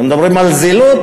אתם מדברים על זילות?